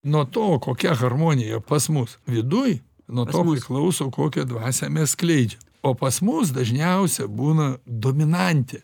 nuo to kokia harmonija pas mus viduj nuo to priklauso kokią dvasią skleidžiam o pas mus dažniausia būna dominantė